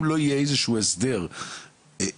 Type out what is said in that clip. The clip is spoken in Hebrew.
אם לא יהיה איזשהו הסדר מוסדר,